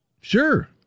Sure